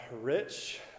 rich